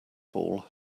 ball